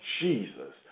Jesus